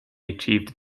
achieved